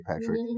Patrick